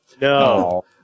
No